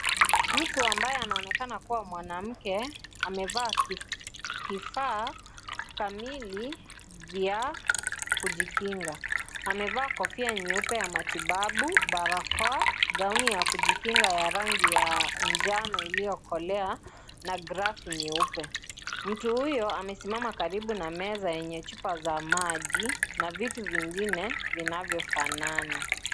Mtu ambaye anaonekana kuwa mwanamke amevaa kifaa kamili vya kujikinga amevaa kofia nyeupe ya matibabu ,barakoa ,gaoni ya kujikinga ya rangi ya njano iliyokolea na glafu nyeupe , mtu huyo amesimama karibu na meza yenye chupa za maji na vitu vingine vinavyofanana.